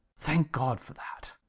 thank god for that!